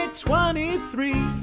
Twenty-three